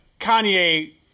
Kanye